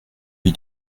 lui